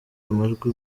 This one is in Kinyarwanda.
amajwi